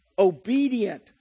Obedient